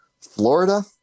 Florida